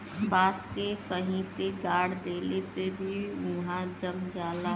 बांस के कहीं पे गाड़ देले पे भी उहाँ जम जाला